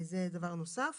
זה דבר נוסף.